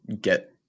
get